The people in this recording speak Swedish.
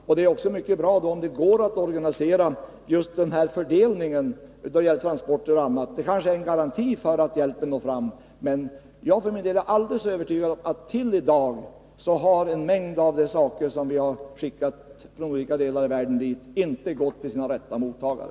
Det är då också mycket bra om det går att organisera just den här fördelningen av hjälptransporter och annat. Det kanske är en garanti för att hjälpen når fram. Men jag för min del är alldeles övertygad om att en mängd av de saker som från olika delar av världen skickats till detta område fram till i dag inte nått sina rätta mottagare.